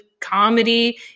comedy